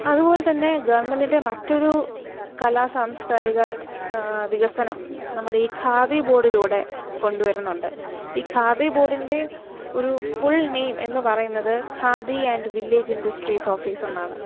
അതുപോലെ തന്നെ ഗവണ്മെൻറ്റിൻ്റെ മറ്റൊരു കലാ സാംസ്കാരിക വികസനം നമ്മുടെ ഈ ഖാദി ബോർഡിലൂടെ കൊണ്ട് വരുന്നുണ്ട് ഈ ഖാദി ബോർഡിൻ്റെ ഒരു ഫുൾ നെയിം എന്ന് പറയുന്നത് Khadi and village industries office എന്നാണ്